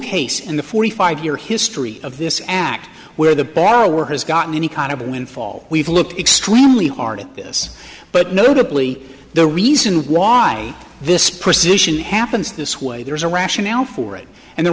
case in the forty five year history of this act where the borrower has gotten any kind of a windfall we've looked extremely hard at this but notably the reason why this precision happens this way there's a rationale for it and the